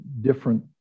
different